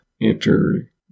enter